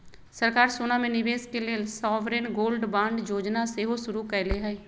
सरकार सोना में निवेश के लेल सॉवरेन गोल्ड बांड जोजना सेहो शुरु कयले हइ